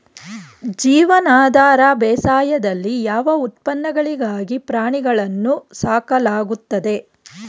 ಜೀವನಾಧಾರ ಬೇಸಾಯದಲ್ಲಿ ಯಾವ ಉತ್ಪನ್ನಗಳಿಗಾಗಿ ಪ್ರಾಣಿಗಳನ್ನು ಸಾಕಲಾಗುತ್ತದೆ?